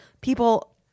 people